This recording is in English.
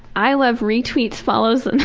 i love retweets, follows and